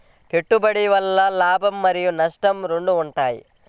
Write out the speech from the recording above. పెట్టుబడి వల్ల లాభం మరియు నష్టం రెండు ఉంటాయా?